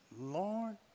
Lord